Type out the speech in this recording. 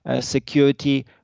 security